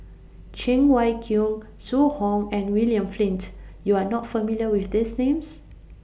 Cheng Wai Keung Zhu Hong and William Flint YOU Are not familiar with These Names